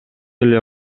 эле